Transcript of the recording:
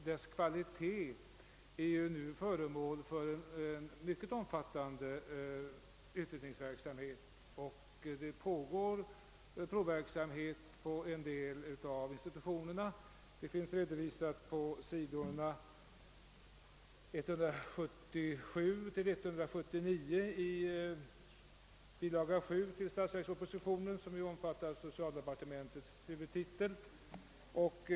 Dess kvalitet är nu föremål för en mycket omfattande utredning, och provverksamhet pågår på en del institutioner. Detta finns redovisat på s. 177—179 i bilaga 7 till statsverkspropositionen, som omfattar socialdepartementets huvudtitel.